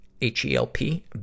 H-E-L-P